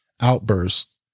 outbursts